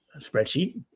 spreadsheet